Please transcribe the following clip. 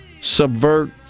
subvert